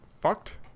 fucked